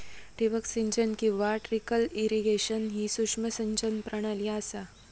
ठिबक सिंचन किंवा ट्रिकल इरिगेशन ही सूक्ष्म सिंचन प्रणाली असा